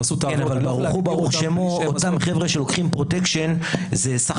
עשו ---- אותם חבר'ה שלוקחים פרוטקשן זה סך